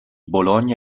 bologna